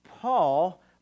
Paul